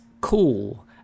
cool